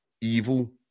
evil